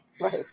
Right